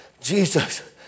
Jesus